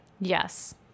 Yes